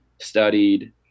studied